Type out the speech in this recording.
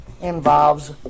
involves